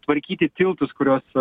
tvarkyti tiltus kuriuos